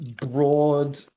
broad